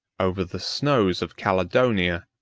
over the snows of caledonia,